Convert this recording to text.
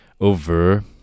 over